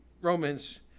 Romans